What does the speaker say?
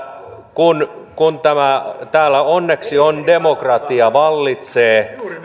kun kun täällä onneksi demokratia vallitsee